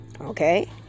Okay